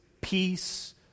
peace